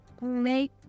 make